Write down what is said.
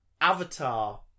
Avatar